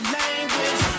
language